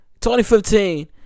2015